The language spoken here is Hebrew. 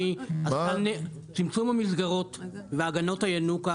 צמצום המסגרות והגנות הינוקא